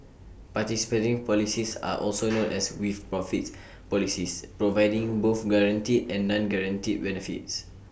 participating policies are also known as 'with profits' policies providing both guaranteed and non guaranteed benefits